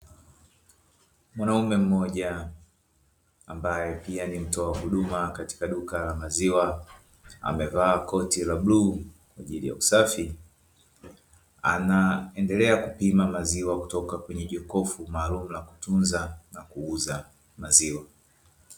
Mwanaume mmoja ambaye pia ni mtoa huduma katika duka la maziwa amevaa koti la bluu lililo safi, anaendelea kupima maziwa kutoka kwenye jokofu maalumu la kutunza na kuuza maziwa.